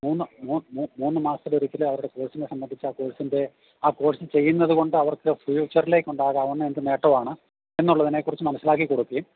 മൂന്ന് മൂന്ന് മാസത്തിൽ ഒരിക്കൽ അവരുടെ കോഴ്സിനെ സംബന്ധിച്ച് ആ കോഴ്സിൻ്റെ ആ കോഴ്സ് ചെയ്യുന്നതു കൊണ്ട് അവർക്ക് ഫ്യൂച്ചറിലേക്ക് ഉണ്ടാകാവുന്ന എന്ത് നേട്ടമാണ് എന്നുള്ളതിനെ കുറിച്ച് മനസ്സിലാക്കി കൊടുക്കുകയും